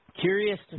Curious